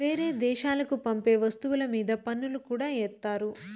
వేరే దేశాలకి పంపే వస్తువుల మీద పన్నులు కూడా ఏత్తారు